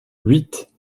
huit